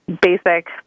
basic